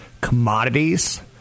commodities